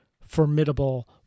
formidable